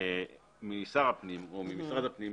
או משר הפנים,